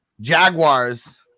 Jaguars